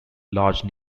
large